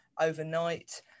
overnight